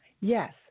Yes